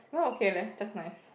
mine okay leh just nice